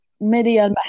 media